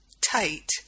tight